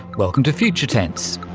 welcome to future tense.